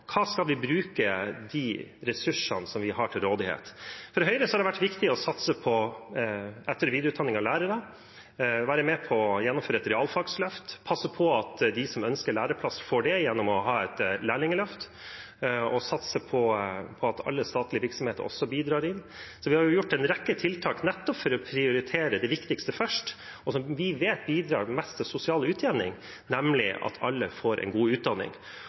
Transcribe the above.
skal vi bruke de ressursene vi har til rådighet? For Høyre har det vært viktig å satse på etter- og videreutdanning av lærere, være med på å gjennomføre et realfagsløft, passe på at de som ønsker læreplass, får det gjennom å ha et lærlingløft, og satse på at alle statlige virksomheter også bidrar. Vi har satt i verk en rekke tiltak for å prioritere det viktigste først, som vi vet bidrar sterkest til sosial utjevning, nemlig at alle får en god utdanning.